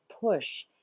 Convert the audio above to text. push